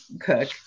cook